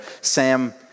Sam